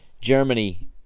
Germany